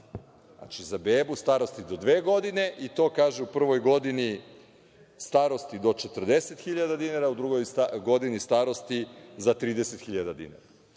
Znači, za bebu starosti do dve godine, i to kaže – u prvoj godini starosti do 40 hiljada dinara, u drugoj godini starosti za 30 hiljada dinara.